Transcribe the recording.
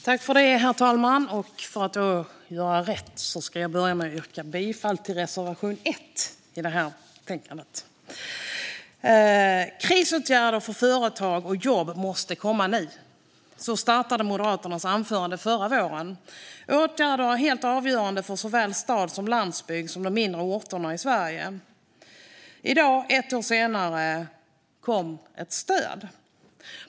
Herr talman! För att göra rätt ska jag börja med att yrka bifall till reservation 1 i betänkandet. Krisåtgärder för företag och jobb måste komma nu. Så startade Moderaternas anförande förra våren. Åtgärder är helt avgörande för såväl stad som landsbygd och de mindre orterna i Sverige. I dag, ett år senare, kom ett stöd.